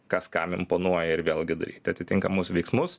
kas kam imponuoja ir vėlgi daryti atitinkamus veiksmus